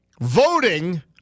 Voting